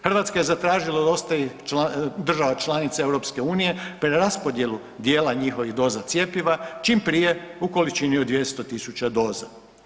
Hrvatska je zatražila od ostalih država članica EU-a preraspodjelu djela njihovih doza cjepiva čim prije u količini od 200 000 doza.